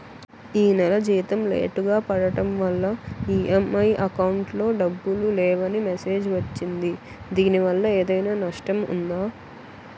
ఈ నెల జీతం లేటుగా పడటం వల్ల ఇ.ఎం.ఐ అకౌంట్ లో డబ్బులు లేవని మెసేజ్ వచ్చిందిదీనివల్ల ఏదైనా నష్టం ఉందా?